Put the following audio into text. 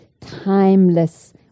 timeless